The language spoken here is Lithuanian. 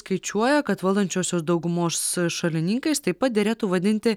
skaičiuoja kad valdančiosios daugumos šalininkais taip pat derėtų vadinti